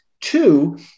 Two